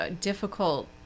difficult